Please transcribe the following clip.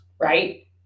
right